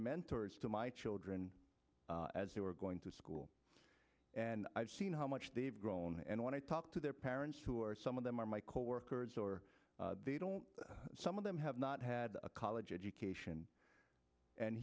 mentors to my children as they were going to school and i've seen how much they've grown and when i talk to their parents who are some of them are my coworkers or they don't some of them have not had a college education and